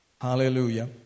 Hallelujah